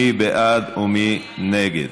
מי בעד ומי נגד?